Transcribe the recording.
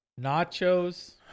nachos